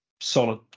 Solid